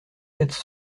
quatre